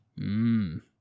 Mmm